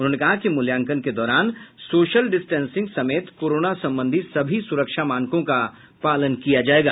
उन्होंने कहा कि मूल्याकंन के दौरान सशोल डिस्टेंसिंग समेत कोरोना संबंधी सभी सुरक्षा मानकों का पालन किया जायेगा